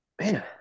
Man